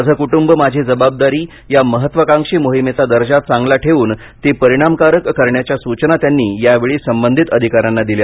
माझे कुटुंब माझी जबाबदारी या महत्वाकांक्षी मोहिमेचा दर्जा चांगला ठेवून ती परिणामकारक करण्याच्या सूचना त्यांनी यावेळी संबंधित अधिकाऱ्यांना दिल्या